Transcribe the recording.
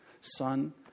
Son